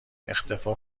اختفاء